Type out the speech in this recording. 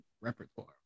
repertoire